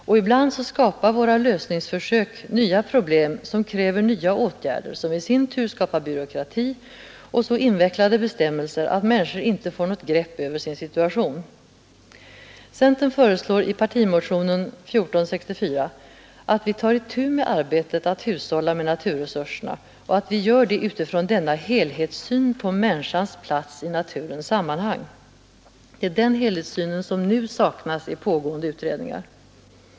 Och ibland skapar våra lösningsförsök nya problem som kräver nya åtgärder som i sin tur skapar byråkrati och så invecklade bestämmelser att människor inte får något grepp över sin situation. Centern föreslår i partimotionen 1464 att vi tar itu med arbetet att hushålla med naturresurserna och att vi gör det utifrån denna helhetssyn på människans plats i naturens sammanhang. Det är den helhetssynen som nu saknas i pågående utredningar.